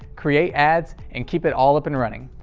create ads and keep it all up and running.